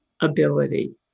ability